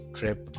trip